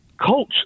coach